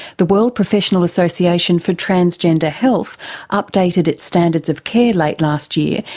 the world professional association for tansgender health updated its standards of care late last year,